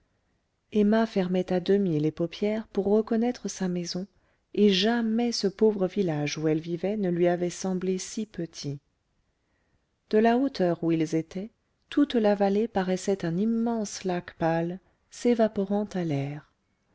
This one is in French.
emma fermait à demi les paupières pour reconnaître sa maison et jamais ce pauvre village où elle vivait ne lui avait semblé si petit de la hauteur où ils étaient toute la vallée paraissait un immense lac pâle s'évaporant à l'air